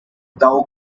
thou